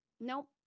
nope